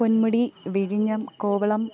പൊന്മുടി വിഴിഞ്ഞം കോവളം